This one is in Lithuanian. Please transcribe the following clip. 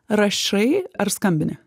rašai ar skambini